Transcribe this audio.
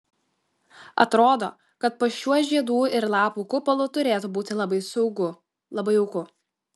atrodo kad po šiuo žiedų ir lapų kupolu turėtų būti labai saugu labai jauku